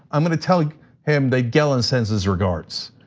i'm gonna tell him that gelin sends his regards.